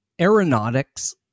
aeronautics